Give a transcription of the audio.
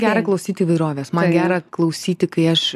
gera klausyt įvairovės man gera klausyt kai aš